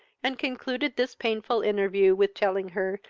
and concluded this painful interview with telling her,